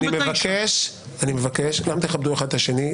אני מבקש גם שתכבדו אחד את השני,